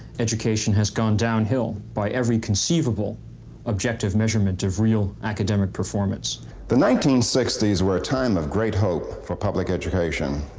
education has gone downhill by every conceivable objective measurement of real academic performance. williams the nineteen sixty s were a time of great hope for public education.